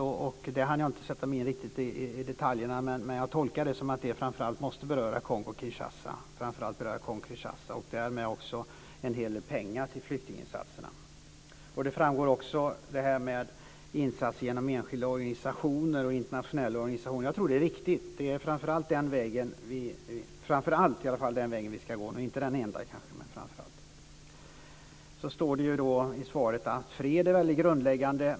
Jag har inte hunnit sätta mig in i detaljerna, men jag tolkar det som att det framför allt måste beröra Kongo-Kinshasa - och därmed en hel del pengar till flyktinginsatserna. Det framgår också att det görs insatser av enskilda och internationella organisationer. Jag tror att det är riktigt. Det är framför allt - men inte den enda - vägen vi ska gå. Av svaret framgick att fred är grundläggande.